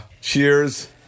cheers